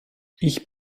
ich